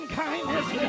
kindness